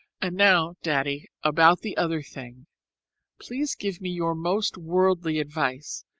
and now, daddy, about the other thing please give me your most worldly advice,